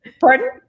Pardon